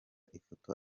ifoto